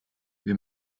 wir